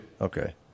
Okay